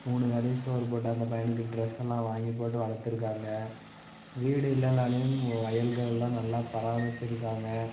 மூணு வேளையும் சோறு போட்டு அந்த பையனுக்கு டிரஸ்ஸெல்லாம் வாங்கி போட்டு வளர்த்துருக்காங்க வீடு இல்லைனாலும் வயல்களெலாம் நல்லா பராமரிச்சுருக்காங்க